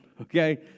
okay